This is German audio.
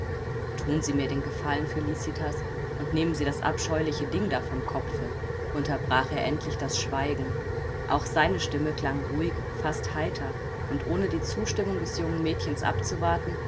thun sie mir den gefallen felicitas und nehmen sie das abscheuliche ding da vom kopfe unterbrach er endlich das schweigen auch seine stimme klang ruhig fast heiter und ohne die zustimmung des jungen mädchens abzuwarten